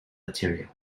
material